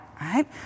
Right